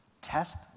test